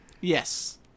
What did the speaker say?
Yes